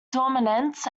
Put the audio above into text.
dominance